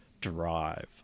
drive